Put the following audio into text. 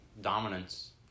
dominance